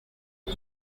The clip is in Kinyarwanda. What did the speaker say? aza